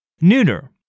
Neuter